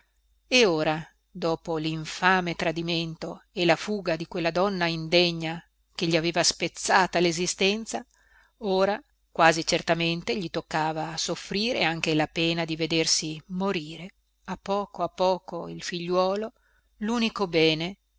e ora dopo linfame tradimento e la fuga di quella donna indegna che gli aveva spezzata lesistenza ora quasi certamente gli toccava a soffrire anche la pena di vedersi morire a poco a poco il figliuolo lunico bene